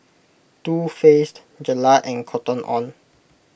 Too Faced Gelare and Cotton on